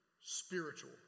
spiritual